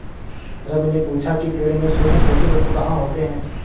रवि ने पूछा कि पेड़ में सूक्ष्म पोषक तत्व कहाँ होते हैं?